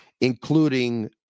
including